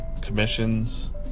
commissions